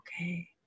Okay